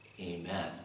Amen